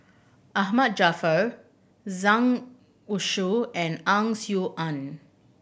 Ahmad Jaafar Zhang Youshuo and Ang Swee Aun